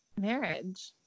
marriage